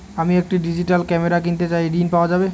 আমি একটি digital camera কিনতে চাই ঝণ পাওয়া যাবে?